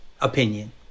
opinion